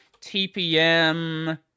TPM